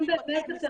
אם אין סגר,